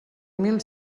mil